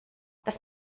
das